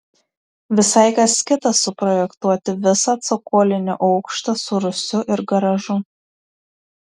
visai kas kita suprojektuoti visą cokolinį aukštą su rūsiu ir garažu